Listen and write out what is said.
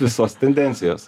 visos tendencijos